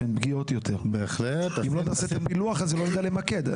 אם לא נעשה את הפילוח הזה לא נדע למקד.